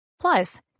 Plus